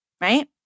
right